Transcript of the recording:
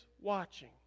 watching